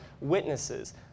witnesses